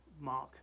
mark